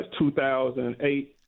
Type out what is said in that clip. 2008